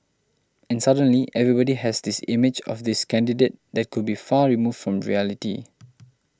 and suddenly everybody has this image of this candidate that could be far removed from reality